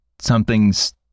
something's